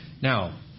Now